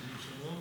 שלום.